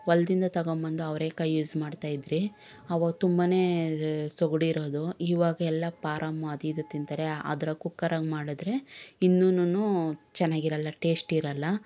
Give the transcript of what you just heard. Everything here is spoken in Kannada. ಹೊಲ್ದಿಂದ ತಗೊಂಬಂದು ಅವರೆಕಾಯಿ ಯೂಸ್ ಮಾಡ್ತಾಯಿದ್ರಿ ಅವಾಗ ತುಂಬನೇ ಸೊಗಡಿರೋದು ಇವಾಗೆಲ್ಲ ಪಾರಮ್ಮು ಅದು ಇದು ತಿಂತಾರೆ ಅದರಾಗೆ ಕುಕ್ಕರಾಗೆ ಮಾಡಿದ್ರೆ ಇನ್ನೂನು ಚೆನ್ನಾಗಿರೋಲ್ಲ ಟೇಶ್ಟಿರೋಲ್ಲ